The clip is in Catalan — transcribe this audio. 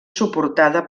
suportada